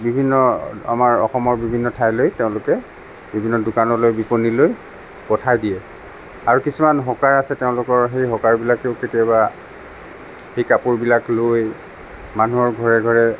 বিভিন্ন আমাৰ অসমৰ বিভিন্ন ঠাইলৈ তেওঁলোকে বিভিন্ন দোকানলৈ বিপণীলৈ পঠাই দিয়ে আৰু কিছুমান হকাৰ আছে তেওঁলোকৰ সেই হকাৰবিলাকেও কেতিয়াবা সেই কাপোৰবিলাক লৈ মানুহৰ ঘৰে ঘৰে